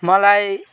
मलाई